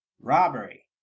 Robbery